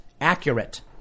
accurate